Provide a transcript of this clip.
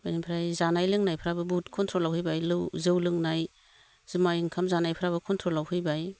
बेनिफ्राय जानाय लोंनायफ्राबो बहुद कनट्र'लाव फैबाय जौ लोंनाय जुमाय ओंखाम जानायफ्राबो कनट्र'लाव फैबाय